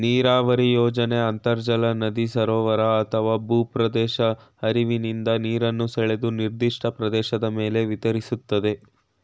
ನೀರಾವರಿ ಯೋಜನೆ ಅಂತರ್ಜಲ ನದಿ ಸರೋವರ ಅಥವಾ ಭೂಪ್ರದೇಶದ ಹರಿವಿನಿಂದ ನೀರನ್ನು ಸೆಳೆದು ನಿರ್ದಿಷ್ಟ ಪ್ರದೇಶದ ಮೇಲೆ ವಿತರಿಸ್ತದೆ